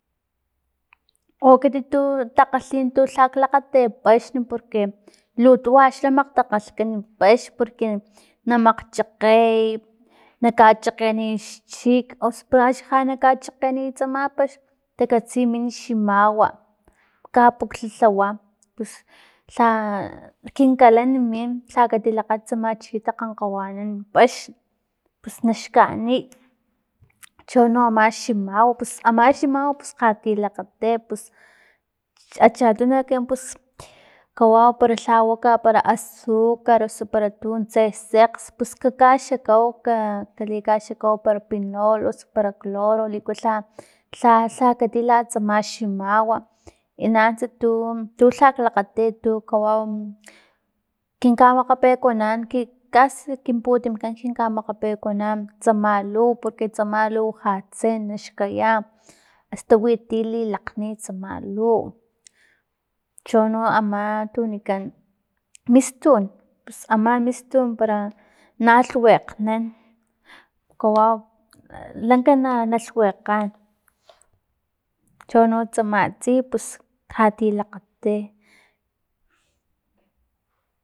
U ekit tu takgalhin tu lhaklakgati paxni porqre lu tuwa xla makgtakgalhkan paxn porque na makgchakgey na kachakgeniy xchik o su para ja na makgchakey tsama paxn takatsi min ximawa kapukga lhawa pus lha kinkalan min lha katilakgat chi takgankgawanan paxn pus naxkanix cho no ama ximawa pus ama ximawa pus lhati lakgati pus achatuno ekinan pus kawau pero lha waka para azucar osu para tuntse sekx pus kakkaxakau ka- kali kaxakau pinol osu para cloro liku lha- lha- lha katila tsama ximawai nanunts tu tu lhak lakgati tu kawau kin kamakgapekuanan kin kasi kin putimkan kin kamakgapekuanan tsamal luw porque tsama luw ja tse naxkayan asta wi ti lilakgni tsama luw chono ama tu wanikan mistun pus ama mistun para na lhuekgan kawau lanka na- na lhuekgan chono tsama tsiy pus lhali lakgati.